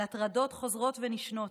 על הטרדות חוזרות ונשנות,